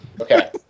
Okay